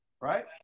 right